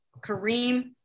Kareem